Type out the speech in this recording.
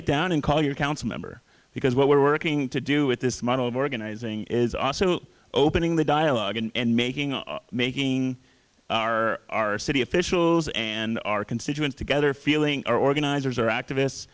it down and call your council member because what we're working to do with this model of organizing is also opening the dialogue and making making our city officials and our constituents together feeling organizers or activists